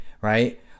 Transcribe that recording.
right